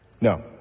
No